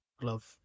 glove